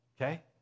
okay